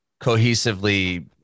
cohesively